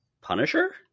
punisher